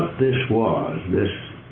this was, this